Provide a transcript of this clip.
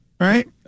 Right